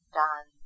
done